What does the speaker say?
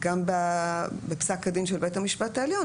גם בפסק הדין של בית המשפט העליון,